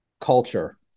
culture